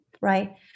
right